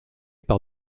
par